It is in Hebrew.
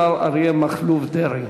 השר אריה מכלוף דרעי.